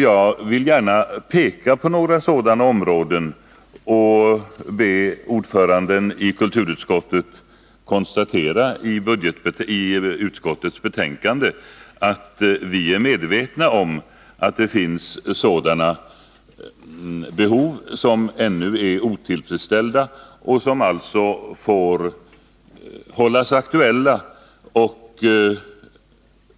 Jag vill gärna peka på några sådana områden och be ordföranden i kulturutskottet konstatera i utskottets betänkande att vi är medvetna om att det finns behov som ännu är otillfredställda och som alltså får hållas aktuella